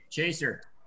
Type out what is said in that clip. Chaser